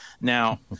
Now